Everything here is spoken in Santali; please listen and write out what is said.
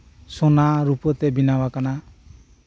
ᱥᱳᱱᱟ ᱨᱩᱯᱟᱹ ᱛᱮ ᱵᱮᱱᱟᱣ ᱟᱠᱟᱱᱟ